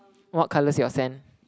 what colour's your sand